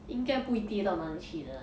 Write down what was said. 应该不会低到哪里去的 lah